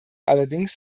allerdings